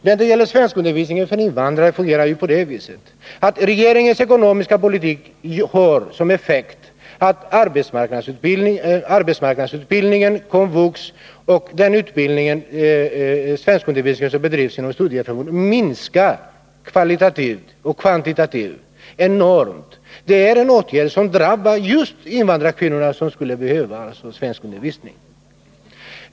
När det gäller svenskundervisningen för invandrare är det på det viset att regeringens ekonomiska politik ger som effekt att arbetsmarknadsutbildningen, KOMVUX och den svenskundervisning som bedrivs inom studieförbunden minskar enormt i kvalitet och kvantitet. Detta är något som drabbar just invandrarkvinnor, som skulle behöva svenskundervisning.